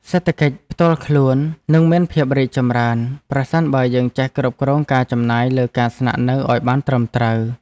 សេដ្ឋកិច្ចផ្ទាល់ខ្លួននឹងមានភាពរីកចម្រើនប្រសិនបើយើងចេះគ្រប់គ្រងការចំណាយលើការស្នាក់នៅឱ្យបានត្រឹមត្រូវ។